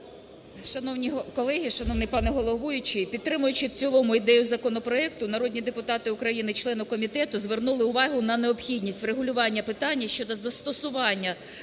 Шановні колеги! Шановний пане головуючий! Підтримуючи в цілому ідею законопроекту, народні депутати України члени Комітету звернули увагу на необхідність врегулювання питання щодо застосування